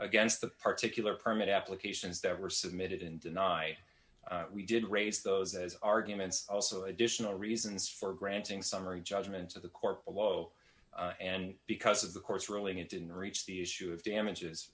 against the particularly permit applications that were submitted and deny we did raise those as arguments also additional reasons for granting summary judgment of the court below and because of the court's ruling it didn't reach the issue of damages